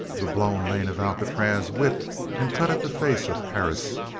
the blown mane of alcatraz whipped and cut at the face of perris,